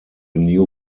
new